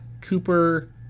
Cooper